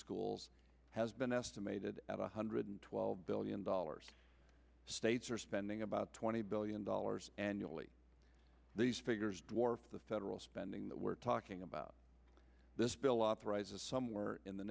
schools has been estimated at one hundred twelve billion dollars states are spending about twenty billion dollars annually these figures dwarf the federal spending that we're talking about this bill authorizes somewhere in the